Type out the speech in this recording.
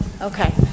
Okay